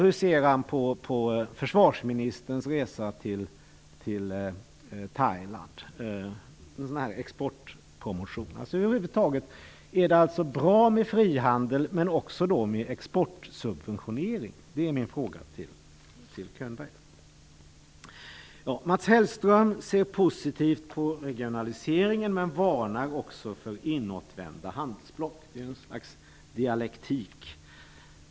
Hur ser han på försvarsministerns resa till Thailand, en sådan här exportpromotion? Är det över huvud taget bra med frihandel och då även med exportsubventionering? Det är min fråga till Bo Könberg. Mats Hellström ser positivt på regionaliseringen men varnar också för inåtvända handelsblock. Det är något slags dialektik.